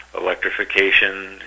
electrification